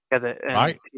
Right